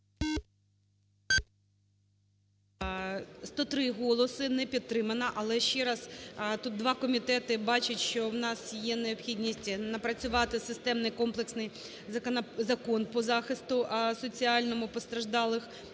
За-103 Не підтримана. Але ще раз, тут два комітети бачать, що в нас є необхідність напрацювати системний, комплексний закон по захисту соціальному постраждалих